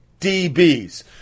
dbs